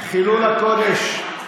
חילול הקודש,